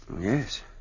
Yes